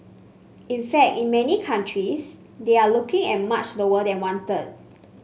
in fact in many countries they are looking at much lower than one third